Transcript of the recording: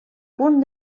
punt